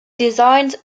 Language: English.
designed